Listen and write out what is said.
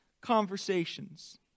conversations